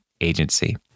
agency